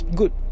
good